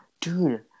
dude